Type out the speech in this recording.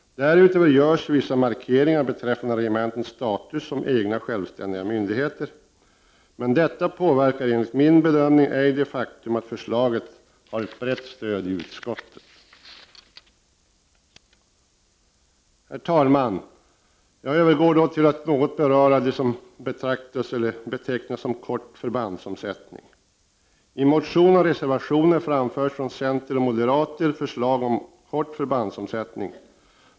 Därutöver görs vissa markeringar beträffande regementenas status som självständiga myndigheter, men detta påverkar enligt min bedömning ej det faktum att förslaget har brett stöd i utskottet. Herr talman! Jag övergår till att kortfattat beröra det som kallas kort förbandsomsättning. I motion och reservation från c och m framförs förslag om kort förbandsomsättningstid.